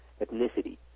ethnicity